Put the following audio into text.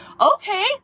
okay